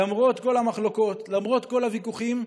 למרות כל המחלוקות, למרות כל הוויכוחים,